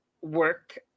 work